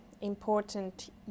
important